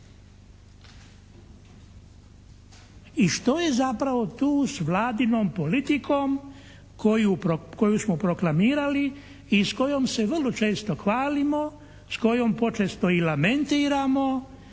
I što je zapravo tu s vladinom politikom koju smo proklamirali i s kojom se vrlo često hvalimo, s kojom počesto i lamentiramo